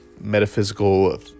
metaphysical